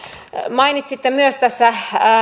mainitsitte myös tässä